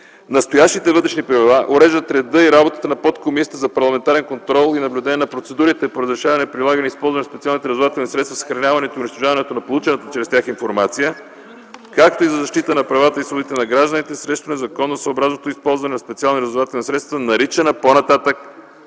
Настоящите вътрешни правила уреждат реда и работата на Подкомисията за парламентарен контрол и наблюдение на процедурите по разрешаването, прилагането и използването на специални разузнавателни средства, съхраняването и унищожаването на получената чрез тях информация, както и за защита на правата и свободите на гражданите срещу незаконосъобразното използване на специални разузнавателни средства, наричана по-нататък